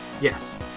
Yes